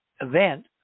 event